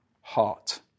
heart